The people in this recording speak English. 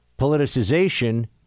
politicization